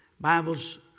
Bibles